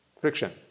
friction